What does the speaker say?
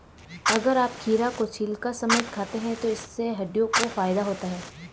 अगर आप खीरा को छिलका समेत खाते हैं तो इससे हड्डियों को फायदा होता है